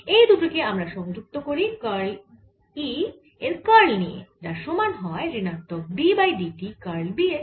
এই দুটি কে আমরা সংযুক্ত করি কার্ল E এর কার্ল নিয়ে যার সমান হয় ঋণাত্মক d by d t curl B এর